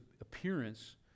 appearance